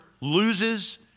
loses